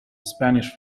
spanish